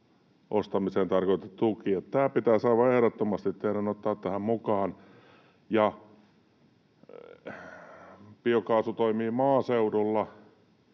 ostamiseen tarkoitettu tuki? Tämä pitäisi aivan ehdottomasti teidän ottaa tähän mukaan. Biokaasu toimii maaseudulla,